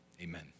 amen